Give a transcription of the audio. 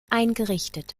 eingerichtet